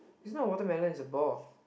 it's not watermelon it's a ball